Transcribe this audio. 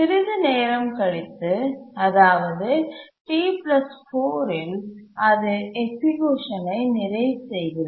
சிறிது நேரம் கழித்து அதாவது T4 இல் அது எக்சிக்யூஷன்ஐ நிறைவு செய்கிறது